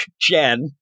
Jen